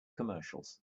commercials